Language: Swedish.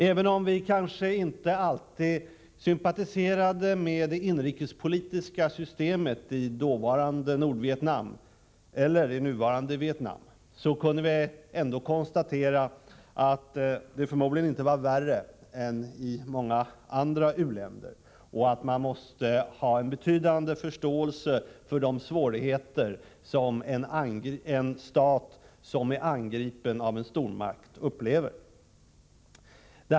Även om vi kanske inte alltid sympatiserade med det inrikespolitiska systemet i dåvarande Nordvietnam — eller gör det med systemet i nuvarande Vietnam — kunde vi konstatera att det förmodligen inte var värre än i många andra u-länder och att man måste ha en betydande förståelse för de svårigheter som en stat som är angripen av en stormakt upplever.